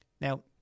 Now